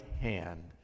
hand